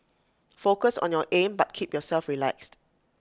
focus on your aim but keep yourself relaxed